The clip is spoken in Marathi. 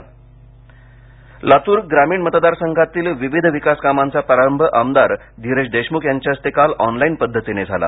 लातूर लातूर ग्रामीण मतदार संघातील विविध विकास कामांचा प्रारंभ आमदार धिरज देशमुख यांच्या हस्ते काल ऑनलाईन पद्धतीने झाला